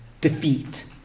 defeat